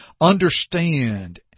understand